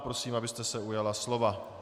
Prosím, abyste se ujala slova.